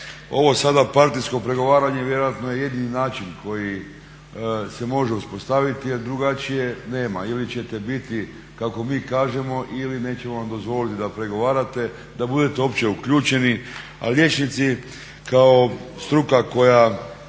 Ovo sada partijsko pregovaranje vjerojatno je jedini način koji se može uspostaviti jer drugačije nema, ili ćete biti kako mi kažemo ili nećemo vam dozvoliti da pregovarate, da budete uopće uključeni. A liječnici kao struka koja